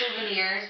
Souvenirs